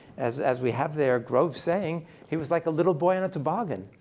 as as we have there, grove saying he was like a little boy in a toboggan.